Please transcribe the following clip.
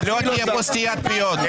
לא תהיה פה סתימת פיות,